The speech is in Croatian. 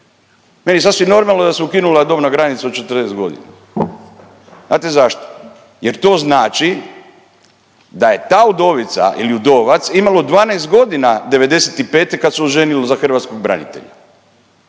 Meni je sasvim normalno da se ukinula dobna granica od 40 godina. Znate zašto? Jer to znači da je ta udovica ili udovac imalo 12 godina 95. kada se oženila za hrvatskog branitelja.